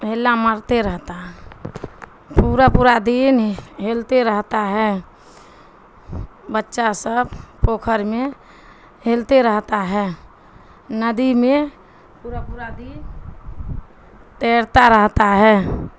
ہیلہ مرتے رہتا ہے پورا پورا دن ہلتے رہتا ہے بچہ سب پوکھر میں ہلتے رہتا ہے ندی میں پورا پورا دن تیرتا رہتا ہے